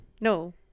No